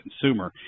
consumer